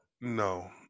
No